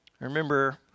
Remember